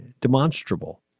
demonstrable